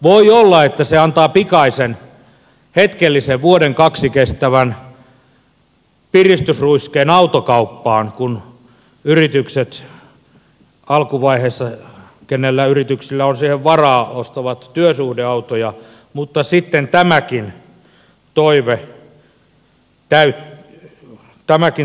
voi olla että se antaa pikaisen hetkellisen vuoden kaksi kestävän piristysruiskeen autokauppaan kun yritykset alkuvaiheessa millä yrityksillä on siihen varaa ostavat työsuhdeautoja mutta sitten tämäkin toive hupenee